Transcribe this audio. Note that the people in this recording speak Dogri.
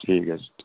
ठीक ऐ